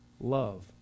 Love